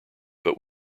but